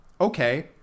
okay